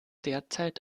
derzeit